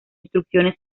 instrucción